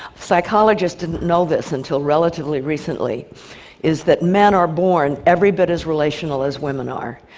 psychologists didn't know this until relatively recently is that men are born every bit as relational as women are.